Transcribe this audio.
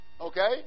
Okay